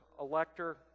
elector